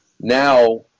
now